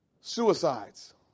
suicides